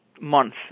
month